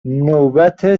نوبت